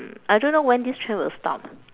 I don't know when this trend will stop